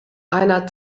einer